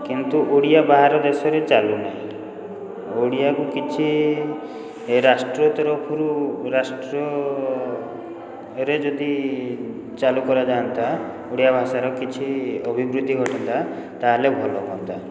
କିନ୍ତୁ ଓଡ଼ିଆ ବାହାର ଦେଶରେ ଚାଲୁନାହିଁ ଓଡ଼ିଆକୁ କିଛି ରାଷ୍ଟ୍ର ତରଫରୁ ରାଷ୍ଟ୍ରରେ ଯଦି ଚାଲୁ କରାଯାଆନ୍ତା ଓଡ଼ିଆ ଭାଷାର କିଛି ଅଭିବୃଦ୍ଧି ଘଟନ୍ତା ତା'ହେଲେ ଭଲ ହୁଅନ୍ତା